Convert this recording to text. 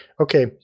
okay